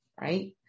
right